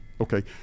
okay